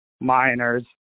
Miners